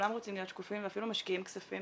וכולם רוצים להיות שקופים ואפילו משקיעים כספים